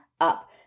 up